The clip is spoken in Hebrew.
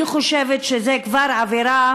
אני חושבת שזו כבר עבירה